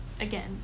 again